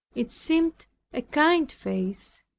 it seemed a kind face,